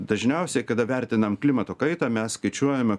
dažniausiai kada vertinam klimato kaitą mes skaičiuojame